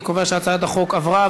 אני קובע שהצעת החוק עברה,